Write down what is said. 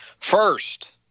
First